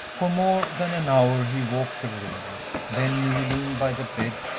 for more than an hour he walked the room then kneeling by the bed,